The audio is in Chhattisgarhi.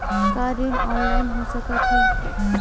का ऋण ऑनलाइन हो सकत हे?